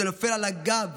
זה נופל על הגב